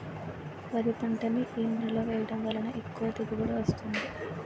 వరి పంట ని ఏ నేలలో వేయటం వలన ఎక్కువ దిగుబడి వస్తుంది?